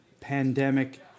pandemic